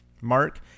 Mark